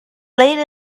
late